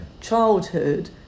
childhood